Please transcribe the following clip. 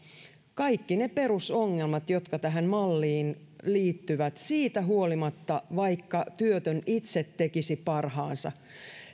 kaikki ne perusongelmat jotka tähän malliin liittyvät siitä huolimatta vaikka työtön itse tekisi parhaansa